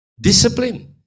Discipline